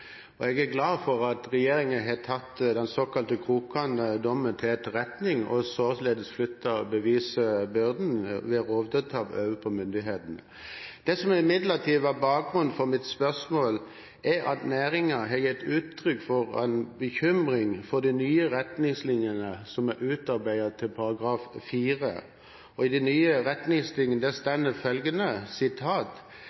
Jeg er glad for at regjeringen har tatt den såkalte Krokan-dommen til etterretning og således flyttet bevisbyrden ved rovdyrtap over på myndighetene. Det som imidlertid var bakgrunnen for mitt spørsmål, er at næringen har gitt uttrykk for en bekymring for de nye retningslinjene som er utarbeidet til § 4. I de nye